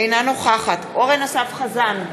אינה נוכחת אורן אסף חזן,